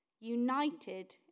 united